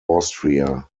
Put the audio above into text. austria